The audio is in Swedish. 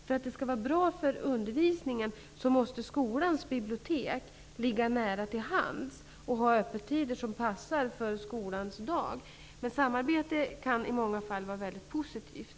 För att det skall vara bra för undervisningen måste skolans bibliotek ligga nära till hands och ha öppettider som passar skolans arbetsdag. Ett samarbete kan i många fall vara mycket positivt.